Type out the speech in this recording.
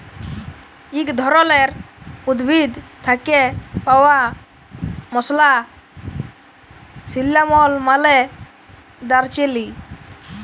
ইক ধরলের উদ্ভিদ থ্যাকে পাউয়া মসলা সিল্লামল মালে দারচিলি